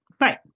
Right